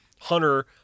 Hunter